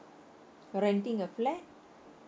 renting a flat